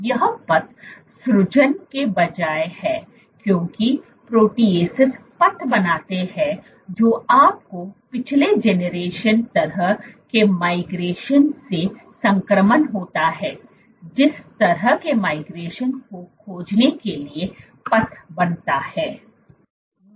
यह पथ सृजन के बजाय है क्योंकि प्रोटीएसस पथ बनाते हैं जो आपको पिछले जनरेशन तरह के माइग्रेशन से संक्रमण होता है जिस तरह के माइग्रेशन को खोजने के लिए पथ बनाता है